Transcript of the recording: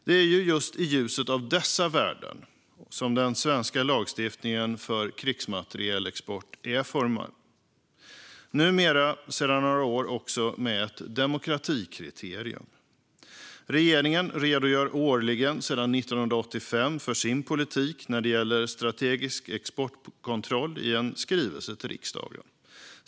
Det är just i ljuset av dessa värden som den svenska lagstiftningen för krigsmaterielexport är formad, numera sedan några år också med ett demokratikriterium. Regeringen redogör årligen sedan 1985 för sin politik när det gäller strategisk exportkontroll i en skrivelse till riksdagen.